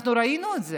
אנחנו ראינו את זה.